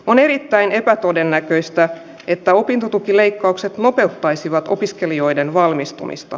on erittäin epätodennäköistä että opintotukileikkaukset lopettaisivat opiskelijoiden valmistumista